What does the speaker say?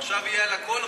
עכשיו יהיה על הכול,